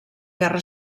guerra